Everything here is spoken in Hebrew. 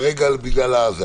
מעולה.